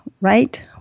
right